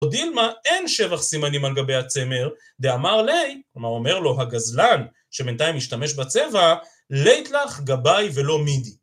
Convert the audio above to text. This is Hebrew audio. או דילמא אין שבח סימנים על גבי הצמר, דאמר ליה, כלומר אומר לו הגזלן שבינתיים השתמש בצבע, לית לך גבאי ולא מידי.